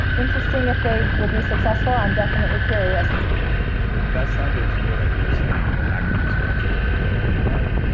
interesting if they will be successful. i'm definitely curious that sounded to me like you were saying they're not going to be successful. did i hear you wrong?